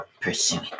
pursuing